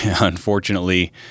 unfortunately